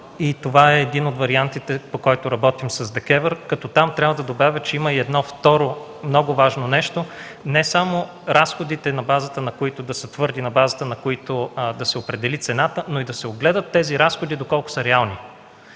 това е един от вариантите, по който работим с ДКЕВР. Там трябва да добавя, че има и едно второ, много важно нещо, не само разходите да са твърди, на базата на които да се определи цената, но и да се огледат тези разходи доколко са реални